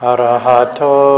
Arahato